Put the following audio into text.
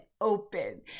open